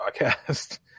podcast